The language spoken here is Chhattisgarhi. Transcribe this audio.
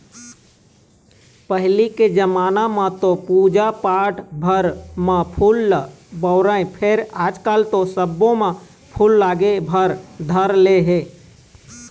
पहिली के जमाना म तो पूजा पाठ भर म फूल ल बउरय फेर आजकल तो सब्बो म फूल लागे भर धर ले हे